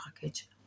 package